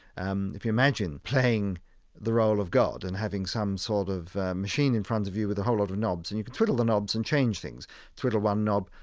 and if you imagine playing the role of god and having some sort of machine in front of you with a whole lot of knobs, and you twiddle the knobs and change things twiddle one knob,